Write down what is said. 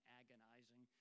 agonizing